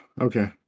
okay